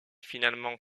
finalement